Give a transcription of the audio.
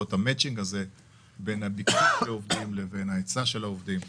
את המצ'ינג הזה בין הביקוש לעובדים לבין ההיצע של העובדים,